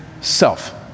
self